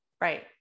Right